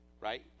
right